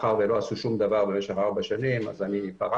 מאחר ולא עשו שום דבר במשך 4 שנים, פרשתי.